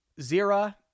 Zira